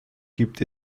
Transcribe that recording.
gibt